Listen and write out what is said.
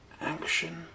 action